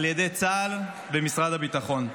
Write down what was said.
על ידי צה"ל ומשרד הביטחון.